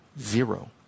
zero